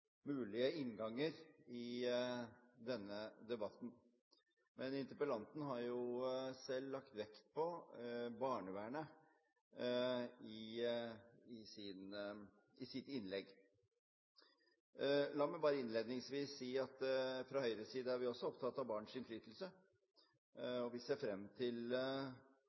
mulige innganger i denne debatten. Men interpellanten har selv lagt vekt på barnevernet i sitt innlegg. La meg bare innledningsvis si at fra Høyres side er vi også opptatt av barns innflytelse, og vi ser frem til